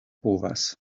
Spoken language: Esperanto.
povas